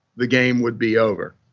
the game would be over.